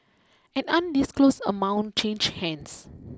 an undisclosed amount changed hands